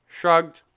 shrugged